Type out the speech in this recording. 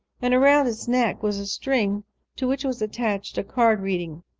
and around its neck was a string to which was attached a card reading,